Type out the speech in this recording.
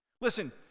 Listen